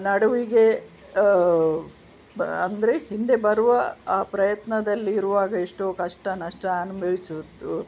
ನಡುವಿಗೆ ಅಂದರೆ ಬ ಹಿಂದೆ ಬರುವ ಆ ಪ್ರಯತ್ನದಲ್ಲಿರುವಾಗ ಎಷ್ಟೋ ಕಷ್ಟ ನಷ್ಟ ಅನ್ಭವಿಸುತ್ತು